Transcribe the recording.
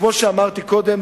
וכמו שאמרתי קודם,